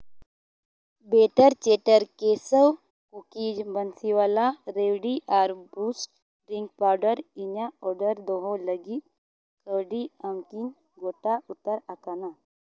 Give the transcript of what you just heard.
better ᱪᱮᱴᱟᱨ ᱠᱮᱥᱚ ᱠᱩᱠᱤᱡ ᱵᱟᱱᱥᱤᱵᱟᱞᱟ ᱨᱮᱵᱰᱤ ᱟᱨ ᱵᱩᱥᱴ ᱰᱨᱤᱝᱠ ᱯᱟᱣᱰᱟᱨ ᱤᱧᱟᱹᱜ ᱚᱰᱟᱨ ᱫᱚᱦᱚ ᱞᱟᱹᱜᱤᱫ ᱠᱟᱹᱣᱰᱤ ᱮᱢ ᱠᱤ ᱜᱚᱴᱟ ᱩᱛᱟᱹᱨ ᱟᱠᱟᱱᱟ